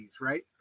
right